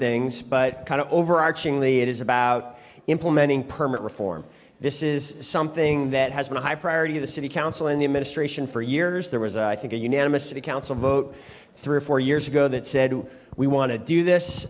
things but overarching the it is about implementing permit reform this is something that has been a high priority of the city council and the administration for years there was i think a unanimous city council vote three or four years ago that said we want to do this